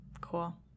Cool